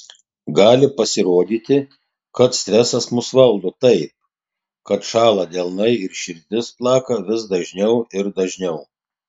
gali pasirodyti kad stresas mus valdo taip kad šąla delnai ir širdis plaka vis dažniau ir dažniau